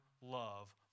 love